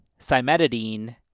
cimetidine